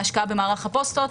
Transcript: להשקעה במערך הפוסטות,